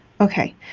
Okay